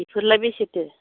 बेफोरलाय बेसेथो